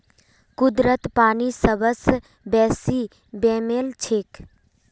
कुदरतत पानी सबस बेसी बेमेल छेक